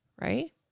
right